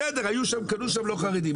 בסדר, היו שם, קנו שם לא חרדים.